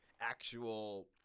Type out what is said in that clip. actual